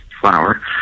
flower